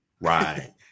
Right